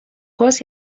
course